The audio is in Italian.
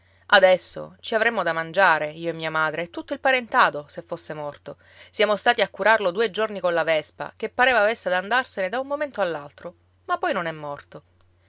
adesso ci avremmo da mangiare io e mia madre e tutto il parentado se fosse morto siamo stati a curarlo due giorni colla vespa che pareva avesse ad andarsene da un momento all'altro ma poi non è morto